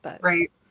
Right